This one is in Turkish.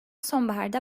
sonbaharda